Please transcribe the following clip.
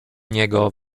niego